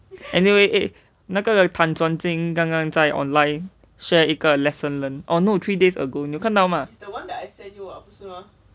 anyway eh 那个 tan chuan jin 刚刚在 online share 一个 lesson learned or no three days ago 你看到吗